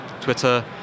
Twitter